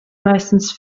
meistens